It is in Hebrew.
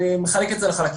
אני מחלק את זה לחלקים.